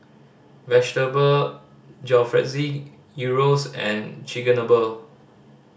Vegetable Jalfrezi Gyros and Chigenabe